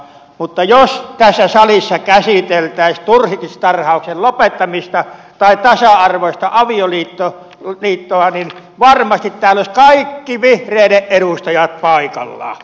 mutta jos tässä salissa käsiteltäisiin turkistarhauksen lopettamista tai tasa arvoista avioliittoa niin varmasti täällä olisivat kaikki vihreiden edustajat paikalla